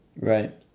Right